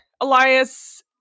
Elias